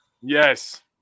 Yes